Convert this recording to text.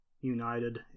united